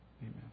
Amen